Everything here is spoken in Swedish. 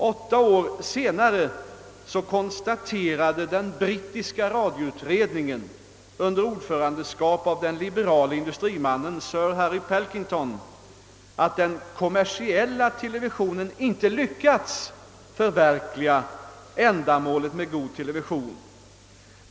Åtta år senare konstaterade den brittiska radioutredningen under ordförandeskap av den liberale industrimannen sir Harry Pilkington att det kommersiella TV företaget inte lyckats förverkliga målsättningen att skapa god television.